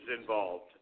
Involved